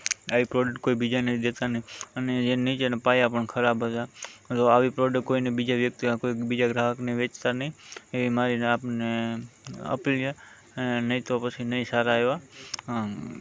આવી પ્રોડક્ટ કોઇ બીજાને દેતાં નહિ અને એ નીચેના પાયા પણ ખરાબ હતા જો આવી પ્રોડક્ટ કોઇને બીજા વ્યક્તિ આ કોઈ બીજા ગ્રાહકને વેચતાં નહીં એવી મારી આપને અપીલ છે નહીં તો પછી નહીં સારા એવા